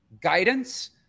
guidance